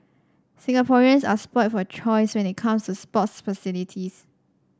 Singaporeans are spoilt for choice when it comes to sports facilities